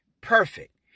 Perfect